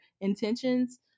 intentions